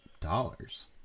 dollars